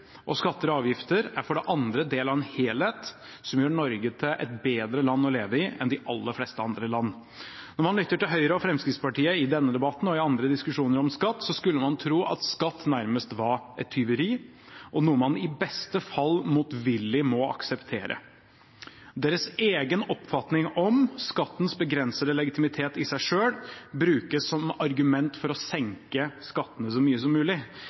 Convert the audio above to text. og skatter og avgifter er for det andre del av en helhet som gjør Norge til et bedre land å leve i enn de aller fleste andre land. Når man lytter til Høyre og Fremskrittspartiet i denne debatten og i andre diskusjoner om skatt, skulle man tro at skatt nærmest var et tyveri og noe man i beste fall motvillig må akseptere. Deres egen oppfatning om skattens begrensede legitimitet i seg selv brukes som argument for å senke skattene så mye som mulig.